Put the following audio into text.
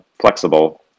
flexible